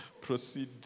proceed